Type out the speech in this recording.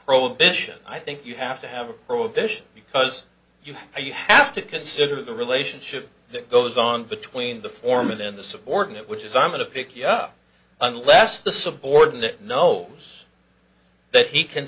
prohibition i think you have to have a prohibition because you are you have to consider the relationship that goes on between the former then the subordinate which is i'm going to pick you up unless the subordinate know us that he can